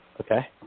Okay